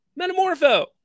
Metamorpho